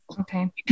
Okay